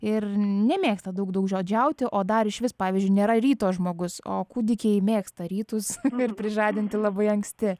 ir nemėgsta daug daugžodžiauti o dar išvis pavyzdžiui nėra ryto žmogus o kūdikiai mėgsta rytus ir prižadinti labai anksti